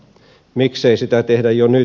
miksei sitä tehdä jo nyt